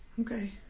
Okay